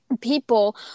people